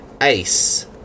ace